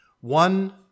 one